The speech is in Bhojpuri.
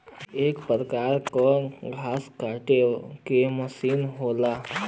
एक परकार के घास काटे के मसीन होला